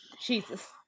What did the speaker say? jesus